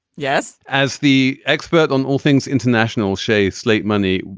yes, as the expert on all things international, shei slate money,